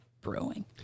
brewing